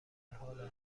حال